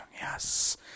yes